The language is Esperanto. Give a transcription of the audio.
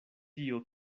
tio